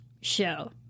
show